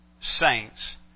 saints